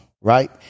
right